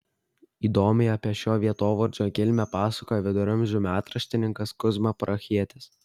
įdomiai apie šio vietovardžio kilmę pasakoja viduramžių metraštininkas kuzma prahietis